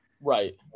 Right